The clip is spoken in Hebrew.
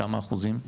כמה אחוזים?